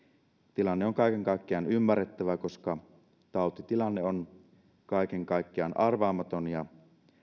tilanne on kaiken kaikkiaan ymmärrettävä koska tautitilanne on kaiken kaikkiaan arvaamaton ja